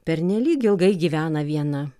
pernelyg ilgai gyvena viena